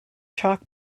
chalk